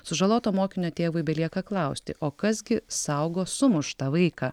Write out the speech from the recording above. sužaloto mokinio tėvui belieka klausti o kas gi saugo sumuštą vaiką